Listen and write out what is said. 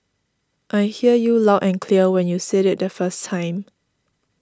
I hear you loud and clear when you said it the first time